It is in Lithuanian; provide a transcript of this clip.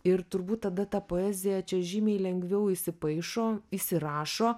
ir turbūt tada ta poezija čia žymiai lengviau įsipaišo įsirašo